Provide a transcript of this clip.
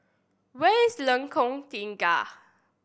where is Lengkong Tiga